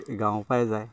গাঁৱৰ পৰাই যায়